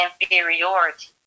inferiority